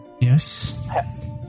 Yes